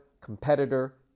competitor